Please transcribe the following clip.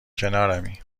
کنارمی